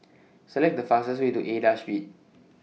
Select The fastest Way to Aida Street